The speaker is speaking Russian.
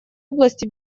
области